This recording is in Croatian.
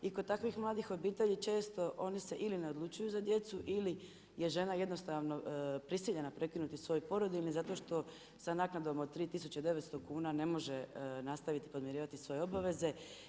I kod takvih mladih obitelji često oni se ili ne odlučuju za djecu ili je žena je prisiljena prekinuti svoj porodiljni zato što sa naknadom od 3900 kuna ne može nastaviti podmirivati svoje obaveze.